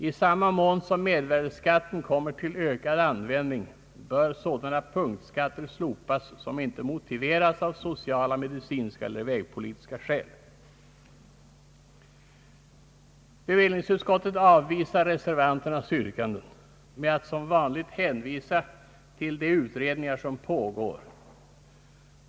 I samma mån som mervärdeskatten kommer till ökad användning bör sådana punktskatter slopas som inte är motiverade av sociala, medicinska eller vägpolitiska skäl. Bevillningsutskottet har avvisat reservanternas yrkanden med att som vanligt hänvisa till de utredningar som pågår.